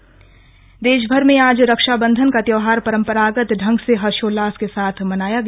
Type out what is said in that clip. रक्षाबंधन देशभर में आज रक्षाबंधन का त्यौहार परम्परागत ढंग से हर्शोल्लास के साथ मनाया गया